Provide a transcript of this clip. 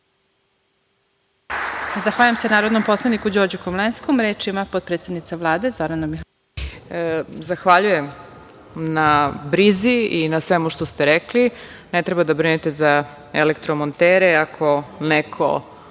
Zahvaljujem na brizi i na svemu što ste rekli. Ne treba da brinete za elektromontere, ako neka